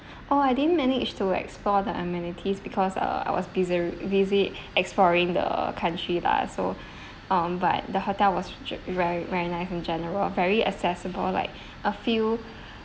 oh I didn't manage to explore the amenities because uh I was bu~ busy exploring the country lah so um but the hotel was very very nice in general very accessible like a few